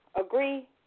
agree